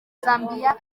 zambiya